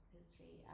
history